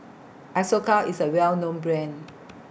Isocal IS A Well known Brand